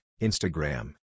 Instagram